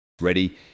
Ready